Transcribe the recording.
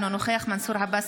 אינו נוכח מנסור עבאס,